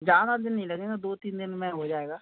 ज़्यादा दिन नहीं लगेगा दो तीन दिन में हो जाएगा